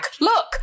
look